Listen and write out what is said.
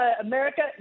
America